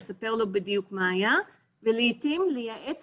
אז לספר לו בדיוק מה היה ולעתים לייעץ